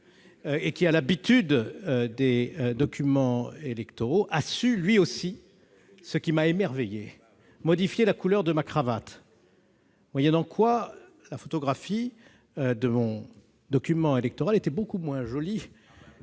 et qui a l'habitude des documents électoraux, a su lui aussi, ce qui m'a émerveillé, modifier la couleur de ma cravate. À la suite de cette opération, la photographie de mon document électoral était beaucoup moins jolie